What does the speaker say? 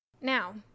Now